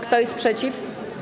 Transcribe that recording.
Kto jest przeciw?